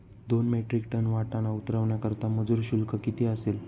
दोन metric tonne वाटाणा उतरवण्याकरता मजूर शुल्क किती असेल?